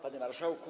Panie Marszałku!